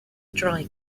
dry